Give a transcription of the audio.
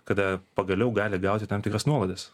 kada pagaliau gali gauti tam tikras nuolaidas